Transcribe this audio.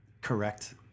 correct